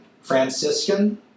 Franciscan